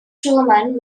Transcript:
truman